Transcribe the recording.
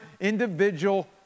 individual